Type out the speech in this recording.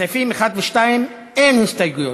לסעיפים 1 ו-2 אין הסתייגויות.